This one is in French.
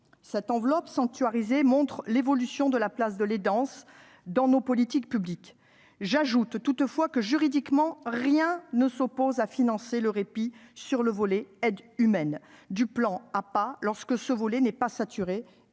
Cette enveloppe sanctuarisée montre l'évolution de la place de l'aidance dans nos politiques publiques. J'ajoute toutefois que, juridiquement, rien ne s'oppose au financement du répit sur le volet relatif à l'aide humaine du plan APA, lorsque ce volet n'est pas saturé